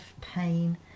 pain